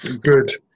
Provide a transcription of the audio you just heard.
Good